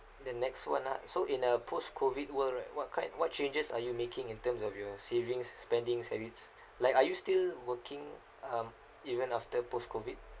the next one lah so in a post COVID world right what kind what changes are you making in terms of your savings spending habits like are you still working um even after post COVID